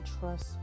trust